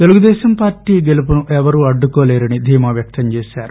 Telugu Desam party గెలుపును ఎవరూ అడ్డుకోలేరని ధీమా వ్యక్తంచేశారు